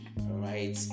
right